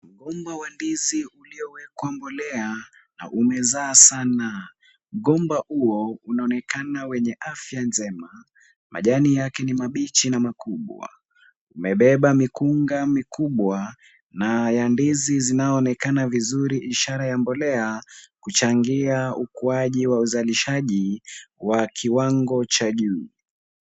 Mgomba wa ndizi uliowekwa mbolea, na umezaa sana, mgomba huo unaonekana wenye afya njema, Majani yake ni mabichi na makubwa, umebeba mikunja mikubwa na ya ndizi zinaonekana vizuri ishara ya mbolea, kuchangia ukuaji wa uzalishaji wa kiwango cha juu.